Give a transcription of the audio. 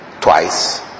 twice